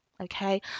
Okay